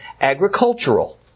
agricultural